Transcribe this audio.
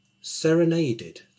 serenaded